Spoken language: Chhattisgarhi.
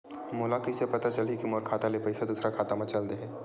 मोला कइसे पता चलही कि मोर खाता ले पईसा दूसरा खाता मा चल देहे?